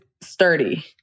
sturdy